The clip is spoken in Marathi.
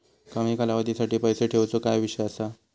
कमी कालावधीसाठी पैसे ठेऊचो काय विषय असा?